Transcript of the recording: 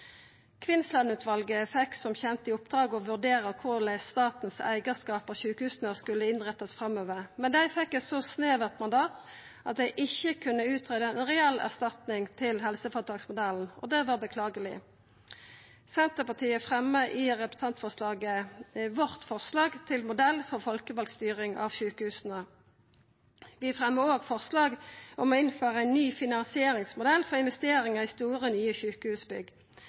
Kvinnsland-utvalet fekk som kjent i oppdrag å vurdera korleis statens eigarskap av sjukehusa skulle innrettast framover, men dei fekk eit så snevert mandat at dei ikkje kunne greia ut ei reell erstatning for helseføretaksmodellen. Det var beklageleg. Senterpartiet fremjar i representantforslaget forslag til ein modell for folkevald styring av sjukehusa. Vi fremjar òg forslag om å innføra ein ny finansieringsmodell for investeringar i store, nye sjukehusbygg.